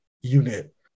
unit